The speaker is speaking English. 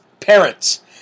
parents